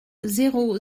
zéro